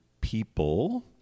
people